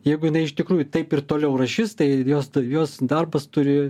jeigu jinai iš tikrųjų taip ir toliau rašys tai jos jos darbas turi